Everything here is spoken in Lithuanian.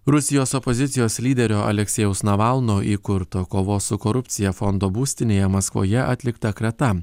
rusijos opozicijos lyderio aleksejaus navalno įkurto kovos su korupcija fondo būstinėje maskvoje atlikta krata